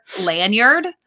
lanyard